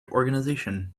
organization